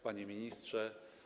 Panie Ministrze!